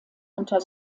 unter